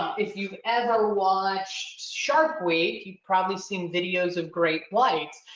if you've ever watched shark week, you've probably seen videos of great white.